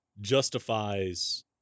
justifies